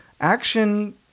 action